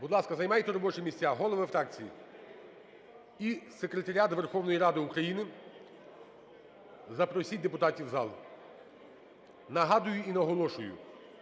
Будь ласка, займайте робочі місця. Голови фракцій і Секретаріат Верховної Ради України, запросіть депутатів в зал. Нагадую і наголошую,